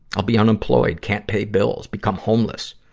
i'll be unemployed, can't pay bills, become homeless.